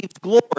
glory